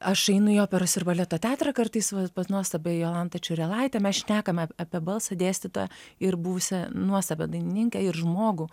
aš einu į operos ir baleto teatrą kartais pas nuostabią jolantą čiurilaitę mes šnekame apie balsą dėstyta ir buvusią nuostabią dainininkę ir žmogų